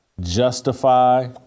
justify